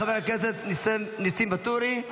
חבר הכנסת נסים ואטורי,